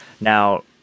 now